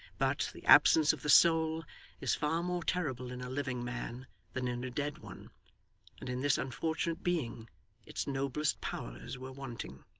but, the absence of the soul is far more terrible in a living man than in a dead one and in this unfortunate being its noblest powers were wanting.